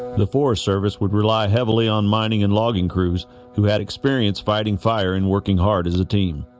the forest service would rely heavily on mining and logging crews who had experience fighting fire and working hard as a team